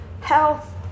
health